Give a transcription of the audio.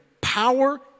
power